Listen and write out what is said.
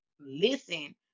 listen